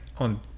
on